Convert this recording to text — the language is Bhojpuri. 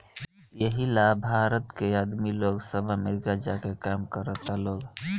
एही ला भारत के आदमी लोग सब अमरीका जा के काम करता लोग